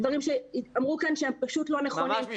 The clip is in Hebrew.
נוספים שנאמרו והם פשוט לא נכונים,